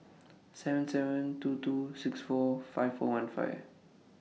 seven seven two two six four five four one five